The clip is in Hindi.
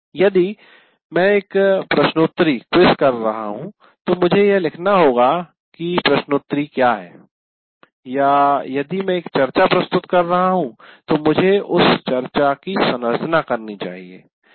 यदि मैं एक प्रश्नोत्तरी कर रहा हूं तो मुझे यह लिखना होगा कि प्रश्नोत्तरी क्या है या यदि मैं एक चर्चा प्रस्तुत कर रहा हूं तो मुझे उस चर्चा की संरचना करनी चाहिए